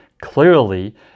clearly